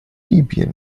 debian